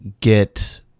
get